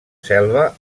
seva